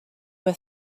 were